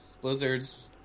Blizzard's